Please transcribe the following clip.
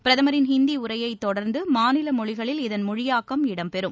பிரதமரின் ஹிந்தி உரையைத் தொடர்ந்து மாநில மொழிகளில் இதன் மொழியாக்கம் இடம்பெறும்